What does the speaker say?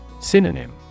Synonym